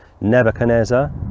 Nebuchadnezzar